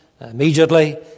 immediately